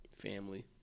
family